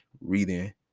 reading